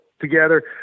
together